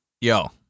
Yo